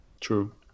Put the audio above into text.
True